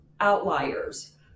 outliers